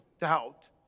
doubt